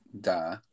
Duh